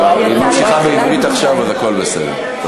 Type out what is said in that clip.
היא ממשיכה בעברית עכשיו, אז הכול בסדר.